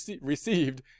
received